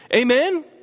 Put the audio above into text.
Amen